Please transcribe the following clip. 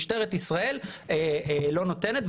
משטרת ישראל לא נותנת.